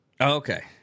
okay